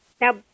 Now